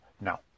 no